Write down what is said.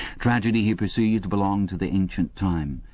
tragedy, he perceived, belonged to the ancient time,